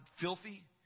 filthy